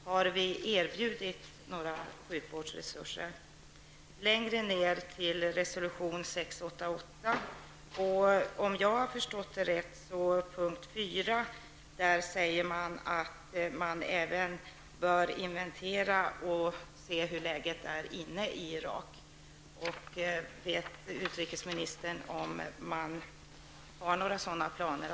Har Sverige erbjudit några sjukvårdsresurser? Vidare har vi resolution 688. Om jag har förstått rätt stod det i punkt 4 att man även bör inventera och se hur läget är inne i Irak. Vet utrikesministern om det finns några sådana planer?